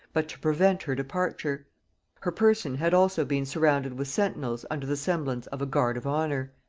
but to prevent her departure her person had also been surrounded with sentinels under the semblance of a guard of honor.